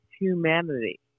humanity